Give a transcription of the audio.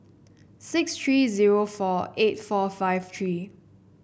six three zero four eight four five three